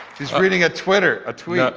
he's reading a twitter a tweet.